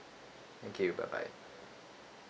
thank you bye bye